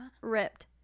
ripped